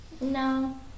No